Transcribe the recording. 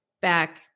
back